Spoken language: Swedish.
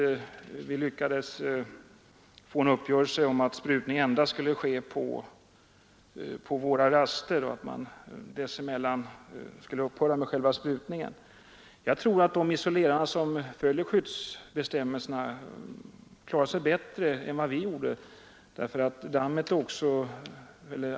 Där lyckades vi få en uppgörelse om att sprutning endast skulle ske på våra raster och att man dessemellan skulle upphöra med själva sprutningen. Jag tror att de isolerare som följer skyddsbestämmelserna klarar sig bättre än vi gjorde.